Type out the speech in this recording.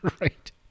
right